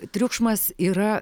triukšmas yra